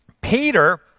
Peter